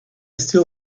still